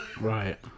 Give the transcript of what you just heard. right